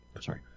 Sorry